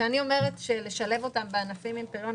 כשאנחנו מדברים על לשלב אותם בענפים עם פריון